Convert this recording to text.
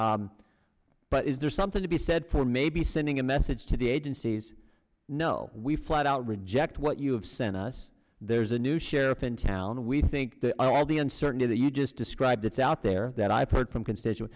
outcome but is there something to be said for maybe sending a message to the agent sees no we flat out reject what you have sent us there's a new sheriff in town and we think that all the uncertainty that you just described it's out there that i've heard from constituent